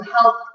help